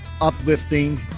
uplifting